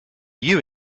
you